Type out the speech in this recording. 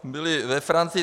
Byly ve Francii.